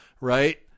right